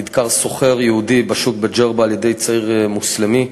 נדקר סוחר יהודי בשוק בג'רבה על ידי-צעיר מוסלמי,